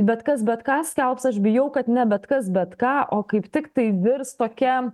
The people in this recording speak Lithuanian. bet kas bet ką skelbs aš bijau kad ne bet kas bet ką o kaip tiktai virs tokia